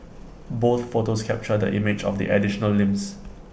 both photos captured the image of the additional limbs